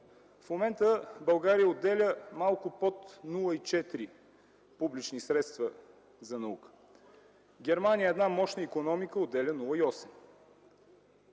В момента България отделя малко под 0,4% публични средства за наука. Германия с една мощна икономика отделя 0,8%